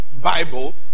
Bible